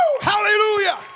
Hallelujah